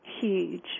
Huge